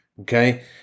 okay